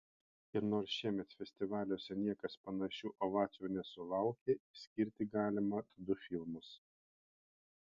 ir nors šiemet festivaliuose niekas panašių ovacijų nesulaukė išskirti galima du filmus